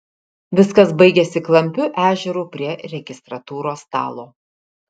viskas baigėsi klampiu ežeru prie registratūros stalo